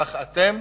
כך אתם,